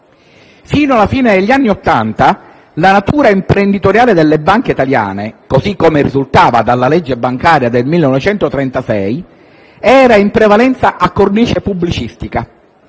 Fino alla fine degli anni Ottanta la natura imprenditoriale delle banche italiane, così come risultava dalla legge bancaria del 1936, era in prevalenza a cornice pubblicistica.